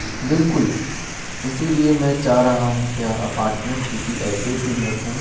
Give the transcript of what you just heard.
بالکل اسی لیے میں چاہ رہا ہوں کیا اپارٹمنٹ کسی ایسے دن رکھوں